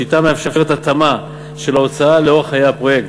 השיטה מאפשרת התאמה של התוצאה לאורך חיי הפרויקט,